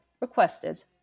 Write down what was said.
requested